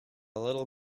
little